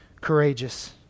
courageous